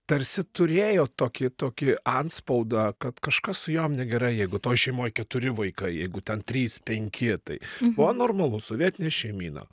tarsi turėjo tokį tokį antspaudą kad kažkas su jom negerai jeigu toj šeimoj keturi vaikai jeigu ten trys penki tai buvo normalu sovietinė šeimyna